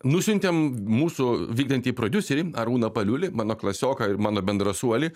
nusiuntėm mūsų vykdantį prodiuserį arūną paliulį mano klasioką ir mano bendrasuolį